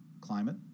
climate